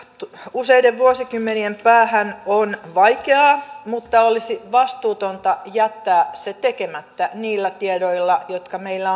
useiden vuosikymmenien päähän on vaikeaa mutta olisi vastuutonta jättää se tekemättä niillä tiedoilla jotka meillä